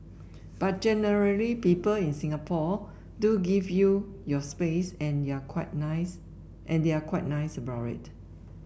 but generally people in Singapore do give you your space and they're quite nice and they're quite nice about it